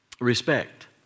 Respect